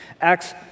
Acts